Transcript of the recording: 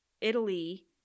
Italy